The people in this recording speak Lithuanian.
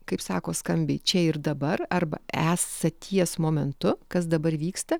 kaip sako skambiai čia ir dabar arba esą ties momentu kas dabar vyksta